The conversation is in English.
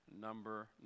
number